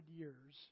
years